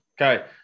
okay